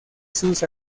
sus